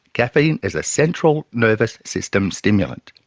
caffeine is a central nervous system stimulant.